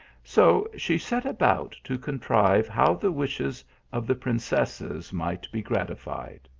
so she set about to contrive how the wishes of the princesses might be gratified.